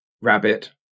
rabbit